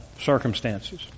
circumstances